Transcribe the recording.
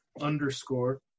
underscore